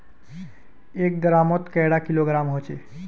एक ग्राम मौत कैडा किलोग्राम होचे?